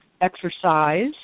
exercise